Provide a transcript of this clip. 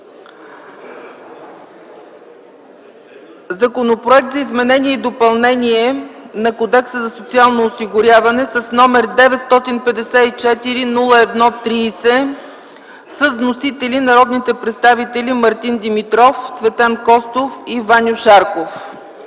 Законопроект за изменение и допълнение на Кодекса за социално осигуряване, № 954-01-30, с вносители народните представители Мартин Димитров, Цветан Костов и Ваньо Шарков.